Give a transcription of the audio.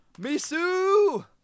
Misu